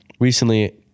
Recently